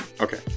Okay